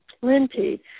plenty